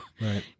right